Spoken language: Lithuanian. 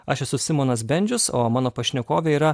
aš esu simonas bendžius o mano pašnekovė yra